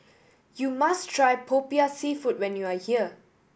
you must try Popiah Seafood when you are here